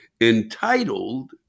entitled